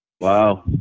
Wow